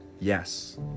yes